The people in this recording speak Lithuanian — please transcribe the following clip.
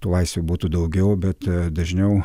tų laisvių būtų daugiau bet dažniau